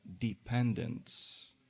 dependence